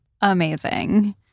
Amazing